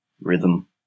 Rhythm